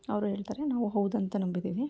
ಅವರು ಹೇಳ್ತಾರೆ ನಾವು ಹೌದು ಅಂತ ನಂಬಿದ್ದೀವಿ